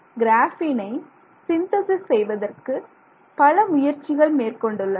கிராஃபீனை synthesis செய்வதற்கு பல முயற்சிகள் மேற்கொண்டுள்ளனர்